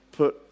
put